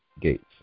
Gates